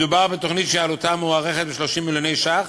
מדובר בתוכנית שעלותה מוערכת ב-30 מיליון ש"ח,